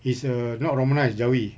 is err not romanised jawi